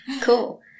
Cool